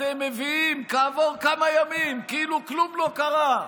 אתם מביאים כעבור כמה ימים, כאילו כלום לא קרה,